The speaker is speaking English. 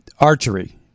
archery